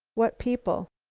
what people?